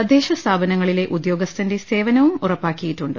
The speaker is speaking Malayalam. തദ്ദേശ സ്ഥാപനങ്ങളിലെ ഉദ്യോഗസ്ഥന്റെ സേവനവും ഉറപ്പാക്കിയിട്ടുണ്ട്